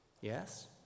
Yes